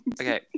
Okay